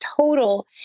total